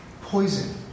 poison